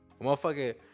Motherfucker